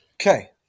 Okay